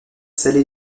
salés